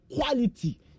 quality